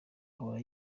ahora